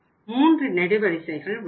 3 நெடுவரிசைகள் உள்ளன